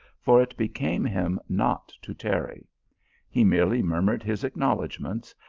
for it became him not to tarry he merely murmured his acknowledgments,